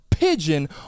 pigeon